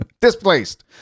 displaced